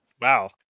Wow